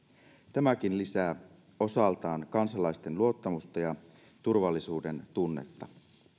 tämäkin lisää osaltaan kansalaisten luottamusta ja turvallisuudentunnetta